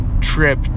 trip